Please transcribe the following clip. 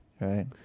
Right